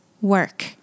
work